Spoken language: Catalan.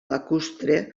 lacustre